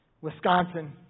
Wisconsin